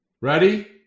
Ready